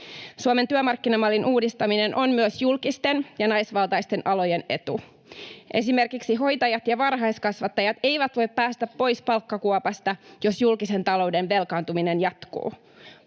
Suomen-työmarkkinamallin uudistaminen on myös julkisten ja naisvaltaisten alojen etu. Esimerkiksi hoitajat ja varhaiskasvattajat eivät voi päästä pois palkkakuopasta, jos julkisen talouden velkaantuminen jatkuu.